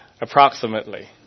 Approximately